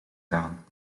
gaan